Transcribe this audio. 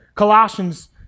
Colossians